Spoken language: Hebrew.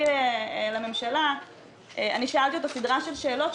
לממשלה אני שאלתי אותו סדרת שאלות.